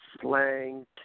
slang